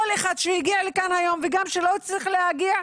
אחד שהגיע לכאן היום וגם שלא צריך להגיע,